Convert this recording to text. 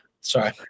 Sorry